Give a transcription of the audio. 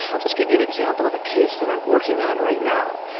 i'll just give you an example of a case that i am working on right now.